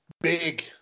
big